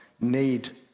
need